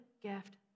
gift